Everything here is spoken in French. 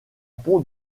pont